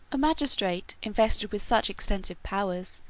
a magistrate, invested with such extensive powers,